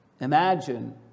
Imagine